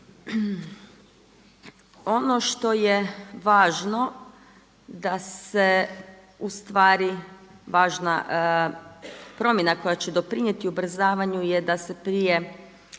Ono što je važno da se u stvari važna promjena koja će doprinijeti ubrzavanju je da se prije